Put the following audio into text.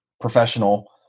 professional